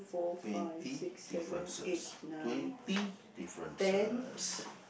twenty differences